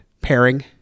pairing